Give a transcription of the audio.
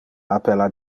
appella